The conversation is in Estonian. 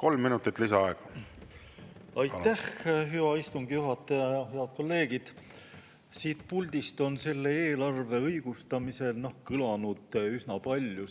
Kolm minutit lisaaega. Aitäh, hea istungi juhataja! Head kolleegid! Siit puldist on selle eelarve õigustamisel kõlanud üsna palju